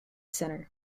center